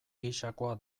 gisakoa